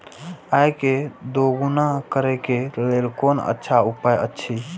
आय के दोगुणा करे के लेल कोन अच्छा उपाय अछि?